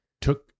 took